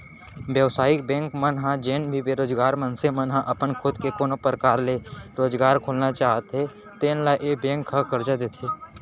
बेवसायिक बेंक मन ह जेन भी बेरोजगार मनसे मन ह अपन खुद के कोनो परकार ले रोजगार खोलना चाहते तेन ल ए बेंक ह करजा देथे